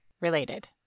related